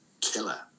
killer